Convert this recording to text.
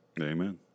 Amen